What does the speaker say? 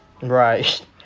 Right